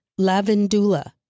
lavendula